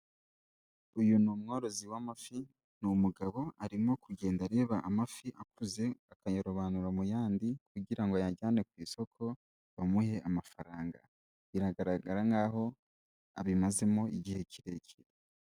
Uyu ni umworozi w'amafi, ni umugabo arimo kugenda areba amafi akuze, akayarobanura mu yandi kugira ngo ayajyane ku isoko bamuhe amafaranga, biragaragara nk'aho abimazemo igihe kirekire.